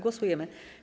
Głosujemy.